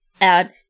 add